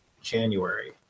january